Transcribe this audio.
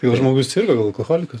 gal žmogus sirgo gal alkoholikas